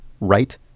right